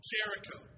Jericho